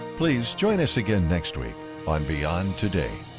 please join us again next week on beyond today.